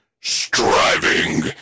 striving